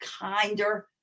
kinder